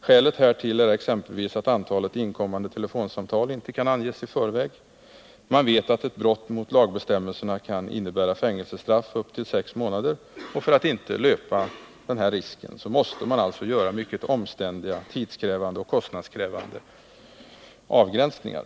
Skälet härtill är exempelvis att antalet inkommande telefonsamtal inte kan anges i förväg. Man vet att ett brott mot lagbestämmelserna kan innebära fängelsestraff upp till sex månader, och för att inte löpa den risken måste man göra mycket omständliga, tidskrävande och kostnadskrävande avgränsningar.